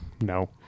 no